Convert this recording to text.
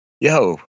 yo